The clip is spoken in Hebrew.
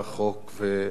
חוק ומשפט.